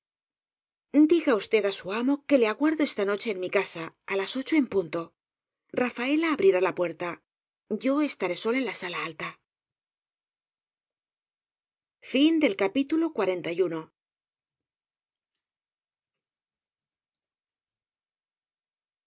diga usted á su amo que le aguardo esta no che en mi casa á las ocho en punto rafaela abrirá la puerta yo estaré sola en la sala alta